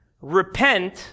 repent